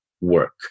work